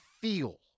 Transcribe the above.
feel